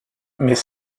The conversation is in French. mais